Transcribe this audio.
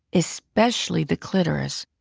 especially the clitoris,